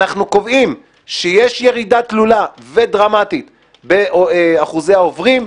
אנחנו קובעים שיש ירידה תלולה ודרמטית באחוזי העוברים,